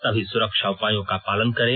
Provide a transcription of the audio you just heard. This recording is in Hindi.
सभी सुरक्षा उपायों का पालन करें